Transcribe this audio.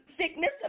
sickness